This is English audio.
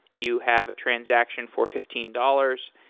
you have a transaction for fifteen dollars,